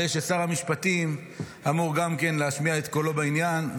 הרי שר המשפטים אמור גם כן להשמיע את קולו בעניין,